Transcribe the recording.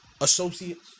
Associates